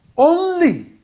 only